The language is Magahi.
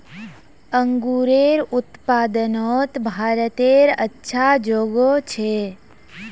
अन्गूरेर उत्पादनोत भारतेर अच्छा जोगोह छे